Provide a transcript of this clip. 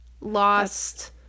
Lost